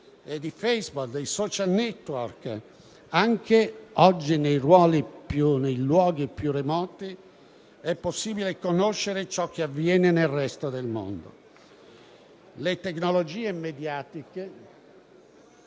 di Facebook e dei *social network*. Oggi anche dai luoghi più remoti è possibile conoscere ciò che avviene nel resto del mondo. Le tecnologie mediatiche